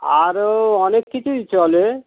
আরও অনেক কিছুই চলে